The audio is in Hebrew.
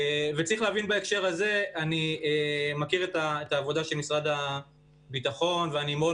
אני מכיר את העבודה של משרד הביטחון ואני מאוד